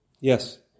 Yes